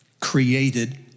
created